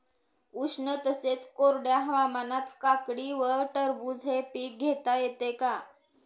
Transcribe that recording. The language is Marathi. उष्ण तसेच कोरड्या हवामानात काकडी व टरबूज हे पीक घेता येते का?